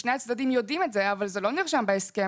ושני הצדדים יודעים את זה אבל זה לא נרשם בהסכם,